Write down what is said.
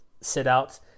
sit-out